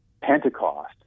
Pentecost